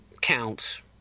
counts –